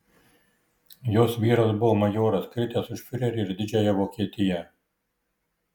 jos vyras buvo majoras kritęs už fiurerį ir didžiąją vokietiją